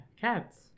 cats